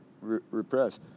repress